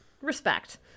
respect